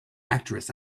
actress